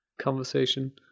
conversation